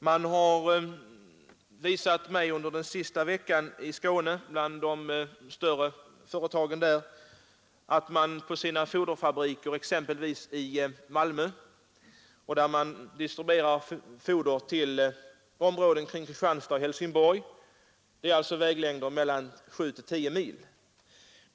De större företagen i Skåne distribuerar exempelvis från sina foderfabriker i Malmö foder till områden kring Kristianstad och Helsingborg. Det rör sig alltså om vägsträckor på mellan sju och tio mil.